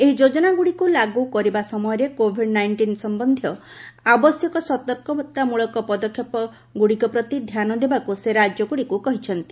ଏହି ଯୋଜନାଗୁଡ଼ିକୁ ଲାଗୁ କରିବା ସମୟରେ କୋଭିଡ ନାଇଷ୍ଟିନ୍ ସମ୍ୟନ୍ଧୀୟ ଆବଶ୍ୟକ ସତର୍କମଳକ ପଦକ୍ଷେପ ଗୁଡ଼ିକ ପ୍ରତି ଧ୍ୟାନ ଦେବାକୁ ସେ ରାଜ୍ୟଗୁଡ଼ିକୁ କହିଛନ୍ତି